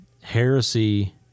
Heresy